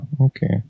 okay